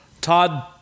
Todd